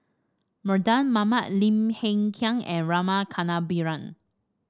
Mardan Mamat Lim Hng Kiang and Rama Kannabiran